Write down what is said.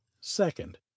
Second